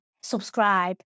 subscribe